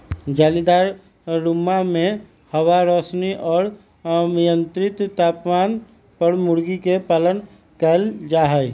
जालीदार रुम्मा में हवा, रौशनी और मियन्त्रित तापमान पर मूर्गी के पालन कइल जाहई